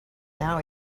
now